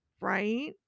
Right